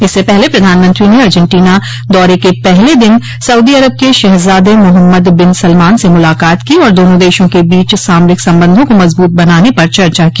इससे पहले प्रधानमंत्री ने अर्जेन्टीना दौरे के पहले दिन सऊदी अरब के शहजादे मोहम्मद बिन सलमान से मुलाकात की और दोनों देशों के बीच सामरिक संबंधों को मजबूत बनाने पर चर्चा की